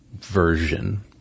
version